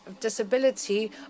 Disability